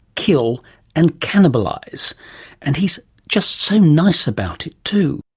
kill and cannibalise. and he's just so nice about it too.